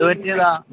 എന്തു പറ്റിയതാണ്